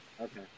Okay